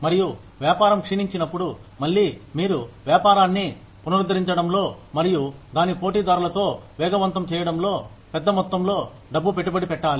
మరియు వ్యాపారం క్షీణించినప్పుడు మళ్ళీ మీరు వ్యాపారాన్ని పునరుద్ధరించడంలో మరియు దాని పోటీదారులతో వేగవంతం చేయడంలో పెద్ద మొత్తంలో డబ్బు పెట్టుబడి పెట్టాలి